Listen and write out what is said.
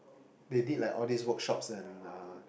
they did like all these workshops and uh